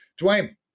Dwayne